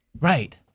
Right